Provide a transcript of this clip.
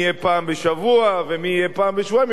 יהיה פעם בשבוע ומי יהיה פעם בשבועיים.